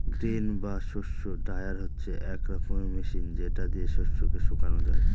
grain বা শস্য dryer হচ্ছে এক রকমের মেশিন যেটা দিয়ে শস্যকে শুকানো যায়